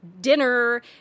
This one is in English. dinner